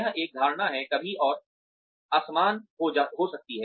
यह एक धारणा है कमी और असमान हो सकती है